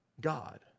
God